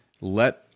let